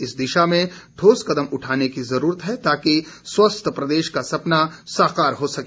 इस दिशा में ठोस कदम उठाने की जरूरत है ताकि स्वस्थ प्रदेश का सपना साकार हो सके